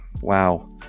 wow